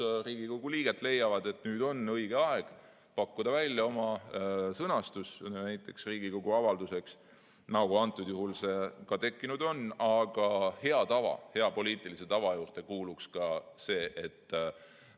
Riigikogu liiget leiavad, et nüüd on õige aeg pakkuda välja oma sõnastus, näiteks Riigikogu avalduseks, nagu antud juhul see ka tekkinud on, aga hea tava, hea poliitilise tava juurde kuuluks ka see, et